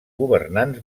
governants